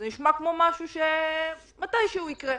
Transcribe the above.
אבל זה נשמע כמו משהו שמתישהו יקרה.